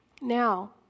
Now